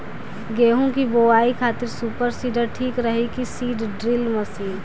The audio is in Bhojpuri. गेहूँ की बोआई खातिर सुपर सीडर ठीक रही की सीड ड्रिल मशीन?